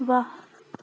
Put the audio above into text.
वाह